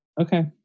Okay